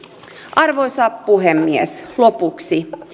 arvoisa puhemies lopuksi